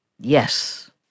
Yes